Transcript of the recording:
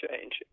change